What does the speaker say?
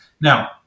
Now